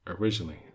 originally